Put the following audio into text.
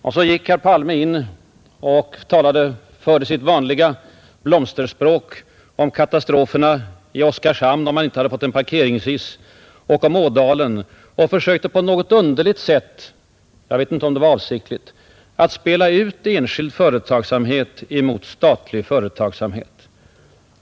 Och så gick herr Palme in i debatten och talade med sitt vanliga blomsterspråk om katastroferna i Oskarshamn, om man där inte fått göra parkeringshissar, och om Ådalen, där de tusentals människorna fått jobb genom staten. Han försökte på något underligt sätt — jag vet inte om det var avsiktligt — att spela ut enskild företagsamhet mot statlig.